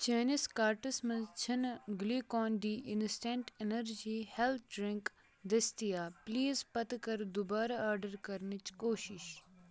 چٲنِس کاٹس منٛز چھِنہٕ Glucon D instant energy health drink دٔستِیاب پلیٖز پتہٕ کر دُبارٕ آرڈر کرنٕچ کوٗشِش